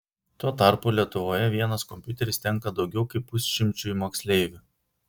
tuo tarpu lietuvoje vienas kompiuteris tenka daugiau kaip pusšimčiui moksleivių